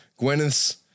Gwyneth's